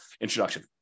introduction